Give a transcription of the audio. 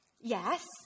Yes